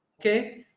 Okay